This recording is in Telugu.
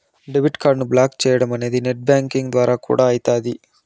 డెబిట్ కార్డుని బ్లాకు చేయడమనేది నెట్ బ్యాంకింగ్ ద్వారా కూడా అయితాది